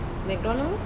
McDonald's